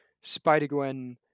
spider-gwen